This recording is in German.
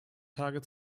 tage